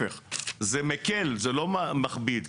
עד כאן לגבי פסק הדין.